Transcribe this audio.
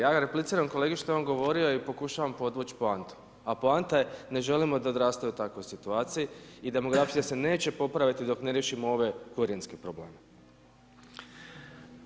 Ja repliciram kolegi što je on govorio i pokušavam podvući poantu, a poanta je ne želimo da odrastaju u takvoj situaciji i demografija se neće popraviti dok ne riješimo ove korjenske probleme.